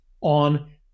on